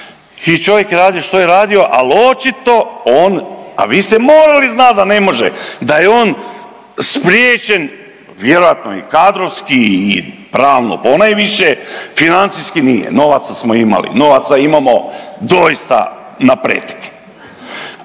i čovjek je radio što je radio, ali očito on, a vi ste morali znati da ne može, da je on spriječen, vjerojatno i kadrovski i pravno ponajviše, financijski nije, novaca smo imali, novaca imamo doista napretek.